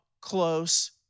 close